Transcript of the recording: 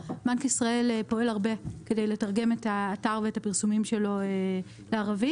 בנק ישראל פועל הרבה כדי לתרגם את האתר ואת הפרסומים שלו לערבית,